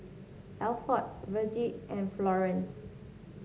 Alford Vergie and Florence